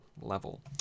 level